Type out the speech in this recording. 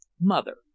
Mother